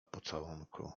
pocałunku